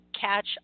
catch